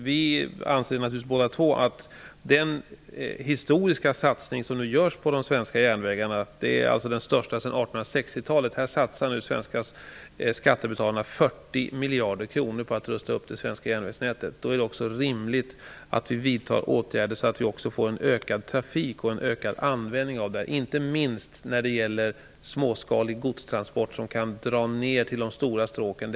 Vi anser naturligtvis båda två att den historiska satsning som nu görs på de svenska järnvägarna -- den största sedan 1860-talet, där de svenska skattebetalarna satsar 40 miljarder kronor på att rusta upp det svenska järnvägsnätet -- innebär att det är rimligt att vidta åtgärder så att det blir ökad järnvägstrafik och ökad användning av järnvägen, inte minst när det gäller småskaliga godstransporter, som kan dra ner till de stora stråken.